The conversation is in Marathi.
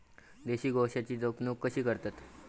देशी गोवंशाची जपणूक कशी करतत?